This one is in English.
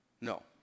No